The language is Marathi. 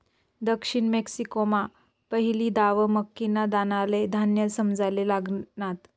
दक्षिण मेक्सिकोमा पहिली दाव मक्कीना दानाले धान्य समजाले लागनात